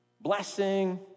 blessing